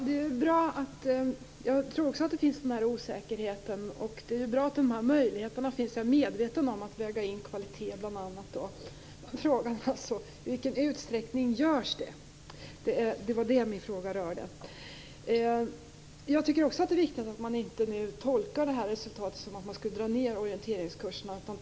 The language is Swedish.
Herr talman! Jag tror också att det finns en sådan osäkerhet. Det är bra att möjligheten finns och att man är medveten om bl.a. kvalitet kan vägas in. Men frågan är i vilken utsträckning det görs. Det var det som min fråga rörde. Jag tycker också att det är viktigt att man inte tolkar resultatet så att man skall dra ned på orienteringskurserna.